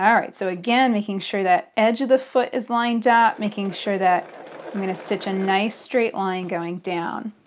um so again, making sure that edge of the foot is lined up, making sure that i'm going to stitch a nice straight line going down.